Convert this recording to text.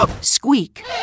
squeak